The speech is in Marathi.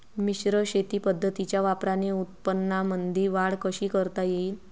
मिश्र शेती पद्धतीच्या वापराने उत्पन्नामंदी वाढ कशी करता येईन?